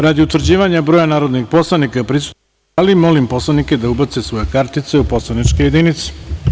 Radi utvrđivanja broja narodnih poslanika prisutnih u sali, molim narodne poslanike da ubace kartice u poslaničke jedinice.